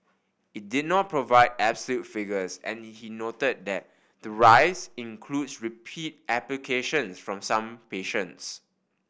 it did not provide absolute figures and he noted that the rise includes repeat applications from some patients